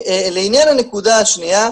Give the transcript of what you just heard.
לעניין הנקודה השנייה,